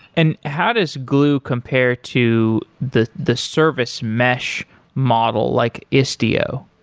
and how does gloo compare to the the service mesh model like istio?